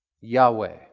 Yahweh